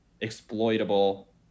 exploitable